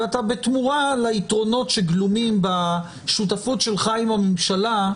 ואתה בתמורה ליתרונות שגלומים בשותפות שלך עם הממשלה,